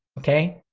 okay?